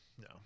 No